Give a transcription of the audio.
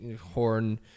Horn